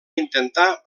intentar